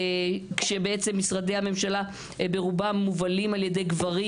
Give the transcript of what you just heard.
כשבעצם משרדי הממשלה ברובם מובלים על ידי גברים,